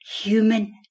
human